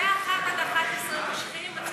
מ-1 עד 11 מושכים.